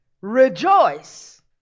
rejoice